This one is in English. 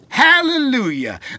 Hallelujah